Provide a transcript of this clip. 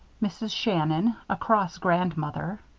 mrs. shannon a cross grandmother.